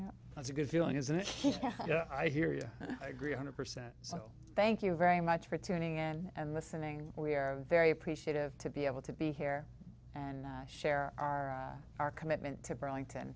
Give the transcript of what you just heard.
that that's a good feeling is that i hear you agree a hundred percent so thank you very much for tuning in and listening we are very appreciative to be able to be here and share our our commitment to burlington